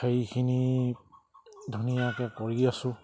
সেইখিনি ধুনীয়াকে কৰি আছোঁ